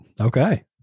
Okay